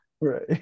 Right